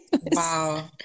wow